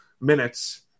minutes